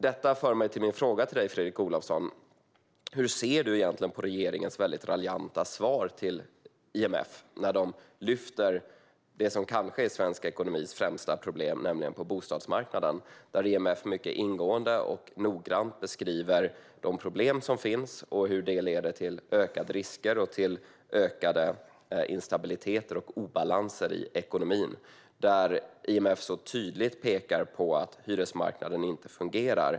Detta för mig till min fråga till dig, Fredrik Olovsson. Hur ser du egentligen på regeringens väldigt raljanta svar till IMF när den lyfter det som kanske är svensk ekonomis främsta problem, nämligen bostadsmarknaden? Där beskriver IMF mycket ingående och noggrant de problem som finns och hur det leder till ökade risker, ökad instabilitet och ökade obalanser i ekonomin. IMF pekar tydligt på att hyresmarknaden inte fungerar.